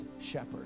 shepherd